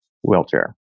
wheelchair